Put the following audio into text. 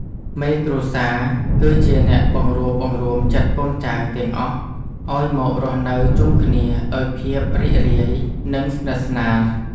មេគ្រួសារ គឺជាអ្នកបង្រួបបង្រួមចិត្តកូនចៅទាំងអស់ឱ្យមករស់នៅជុំគ្នាដោយភាពរីករាយ និងស្និទ្ធស្នាល។